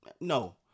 No